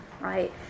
right